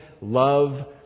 love